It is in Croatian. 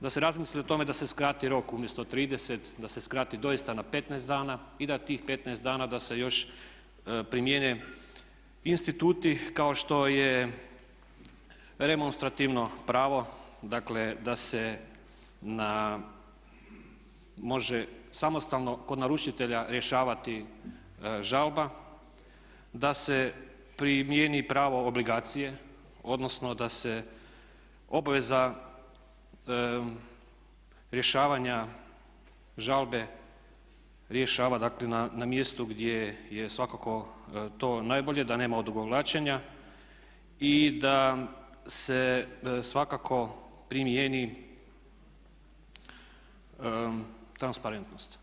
Da se razmisli o tome da se skrati rok umjesto 30 da se skrati doista na 15 dana i da tih 15 dana da se još primijene instituti kao što je remonstrativno pravo, dakle da se na može samostalno kod naručitelja rješavati žalba, da se primijeni pravo obligacije, odnosno da se obveza rješavanja žalbe rješava dakle na mjestu gdje je svakako to najbolje da nema odugovlačenja i da se svakako primijeni transparentnost.